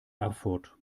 erfurt